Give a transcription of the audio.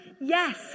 Yes